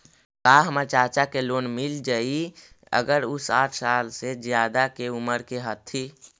का हमर चाचा के लोन मिल जाई अगर उ साठ साल से ज्यादा के उमर के हथी?